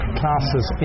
classes